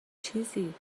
چیزی